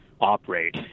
operate